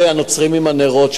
אלה הנוצרים עם הנרות,